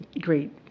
great